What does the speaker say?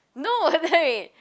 no